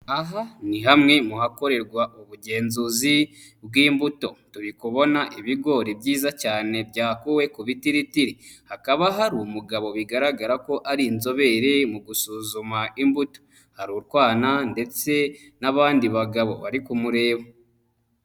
Aha ni hamwe mu hakorerwa ubugenzuzi bw'imbuto, turi kubona ibigori byiza cyane byakuwe ku bitiritiri, hakaba hari umugabo bigaragara ko ari inzobere mu gusuzuma imbuto, hari utwana ndetse n'abandi bagabo bari kumureba.